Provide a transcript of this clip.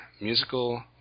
musical